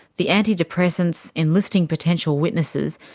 the anti-depressants, enlisting potential witnesses,